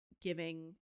giving